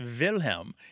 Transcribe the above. Wilhelm